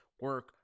Work